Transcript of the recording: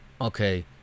Okay